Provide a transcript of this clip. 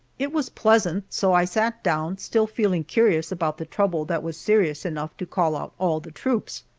it was pleasant, so i sat down, still feeling curious about the trouble that was serious enough to call out all the troops.